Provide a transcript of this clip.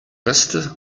reste